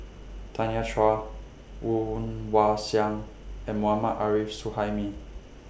Tanya Chua Woon Wah Siang and Mohammad Arif Suhaimi